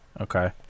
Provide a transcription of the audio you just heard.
Okay